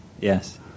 yes